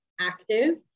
active